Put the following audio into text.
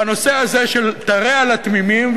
בנושא הזה של "תרע לתמימים",